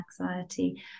anxiety